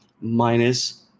minus